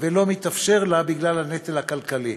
ולא מתאפשר להם בגלל הנטל הכלכלי.